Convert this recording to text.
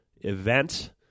event